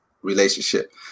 relationship